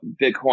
Bitcoin